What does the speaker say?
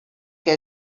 que